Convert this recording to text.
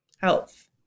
health